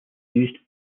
used